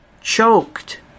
choked